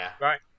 Right